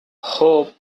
hope